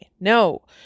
No